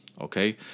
okay